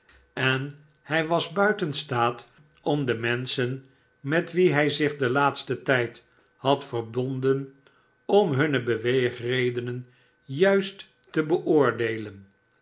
en hij was buiten staat om de menschen met wie hij zich den laatsten tijd had verbonden om hunne beweegredenen juist te beoordeelen